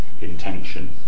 intention